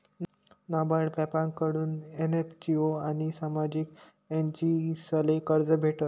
नाबार्ड ब्यांककडथून एन.जी.ओ आनी सामाजिक एजन्सीसले कर्ज भेटस